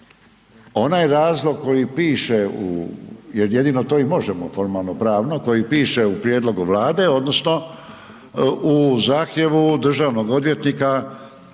onaj razlog koji piše jer jedino to i možemo formalno pravno, koji piše u prijedlogu Vlade odnosno u zahtjevu državnog odvjetnika